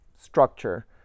structure